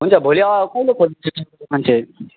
हुन्छ भोलि आ कहिले खोल्नुहुन्छ दोकान चाहिँ